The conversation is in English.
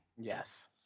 Yes